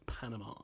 Panama